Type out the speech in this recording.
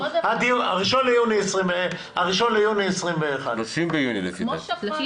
הראשון ביוני 21'. לדעתי,